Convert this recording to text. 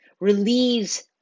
Relieves